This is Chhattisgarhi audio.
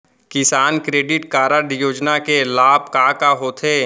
किसान क्रेडिट कारड योजना के लाभ का का होथे?